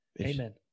Amen